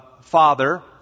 father